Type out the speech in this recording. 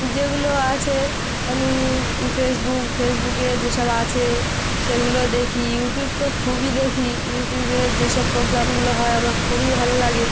যেগুলো আছে আমি ফেসবুক ফেসবুকে যেসব আছে সেগুলো দেখি ইউটিউব তো খুবই দেখি ইউটিউবে যেসব প্রোগ্রামগুলো হয় আমার খুবই ভালো লাগে